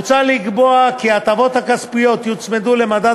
מוצע לקבוע כי ההטבות הכספיות יוצמדו למדד